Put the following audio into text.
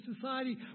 society